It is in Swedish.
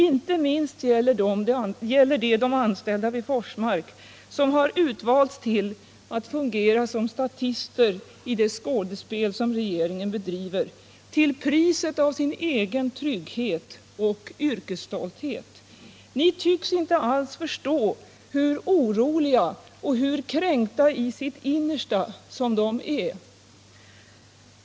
Inte minst gäller detta de anställda vid Forsmark som har utvalts till att fungera som statister i det skådespel som regeringen bedriver till priset av deras trygghet och yrkesstolthet. Ni tycks inte ens förstå hur oroliga och hur kränkta i sitt innersta de är.